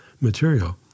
material